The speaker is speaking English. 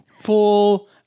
full